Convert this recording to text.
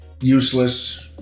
Useless